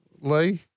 Lee